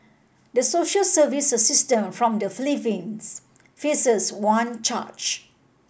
the social service assistant from the Philippines faces one charge